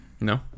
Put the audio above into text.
No